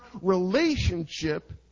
relationship